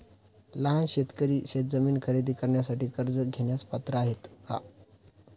लहान शेतकरी शेतजमीन खरेदी करण्यासाठी कर्ज घेण्यास पात्र आहेत का?